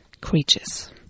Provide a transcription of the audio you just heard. creatures